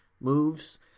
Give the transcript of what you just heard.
moves